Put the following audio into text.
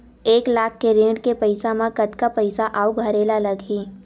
एक लाख के ऋण के पईसा म कतका पईसा आऊ भरे ला लगही?